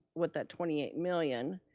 with that twenty eight million,